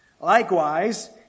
Likewise